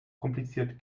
kompliziert